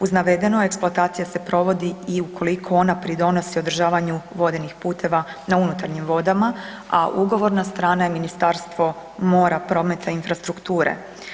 Uz navedeno eksploatacija se provodi i ukoliko ona pridonosi održavanju vodenih puteva na unutarnjim vodama, a ugovorna strana je Ministarstvo mora, prometa i infrastrukture.